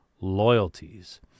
loyalties